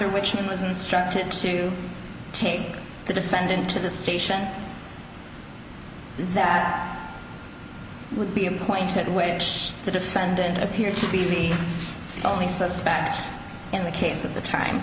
officer which was instructed to take the defendant to the station that would be a point at which the defendant appeared to be the only suspect in the case at the time